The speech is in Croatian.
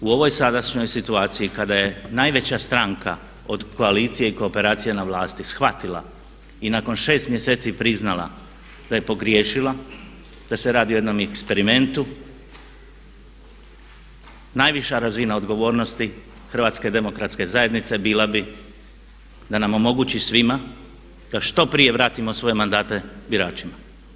U ovoj sadašnjoj situaciji kada je najveća stranka od koalicije i kooperacije na vlasti shvatila i nakon 6 mjeseci priznala da je pogriješila, da se radi o jednom eksperimentu, najviša razina odgovornosti HDZ-a bila bi da nam omogući svima da što prije vratimo svoje mandate biračima.